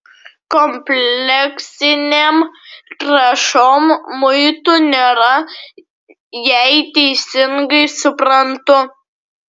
kompleksinėm trąšom muitų nėra jei teisingai suprantu